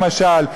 למשל,